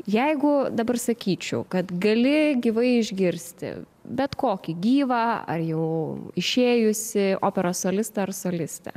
jeigu dabar sakyčiau kad gali gyvai išgirsti bet kokį gyvą ar jau išėjusį operos solistą ar solistę